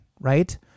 right